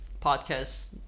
Podcasts